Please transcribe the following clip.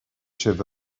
sibh